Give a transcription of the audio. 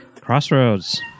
Crossroads